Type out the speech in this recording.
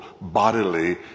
bodily